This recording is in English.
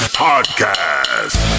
podcast